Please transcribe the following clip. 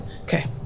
Okay